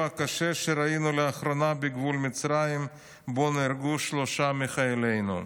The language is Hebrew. הקשה שראינו לאחרונה בגבול מצרים שבו נהרגו שלושה מחיילינו.